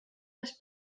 les